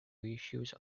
reissues